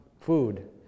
food